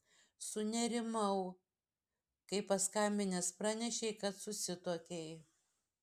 sunerimau kai paskambinęs pranešei kad susituokei